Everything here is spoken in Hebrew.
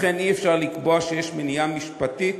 לכן אי-אפשר לקבוע שיש מניעה משפטית